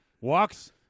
walks